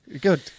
Good